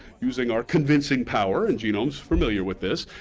using our convincing power, and genome's familiar with this,